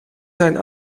zijn